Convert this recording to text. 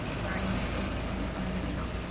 sorry! my voice is kind of going in and out.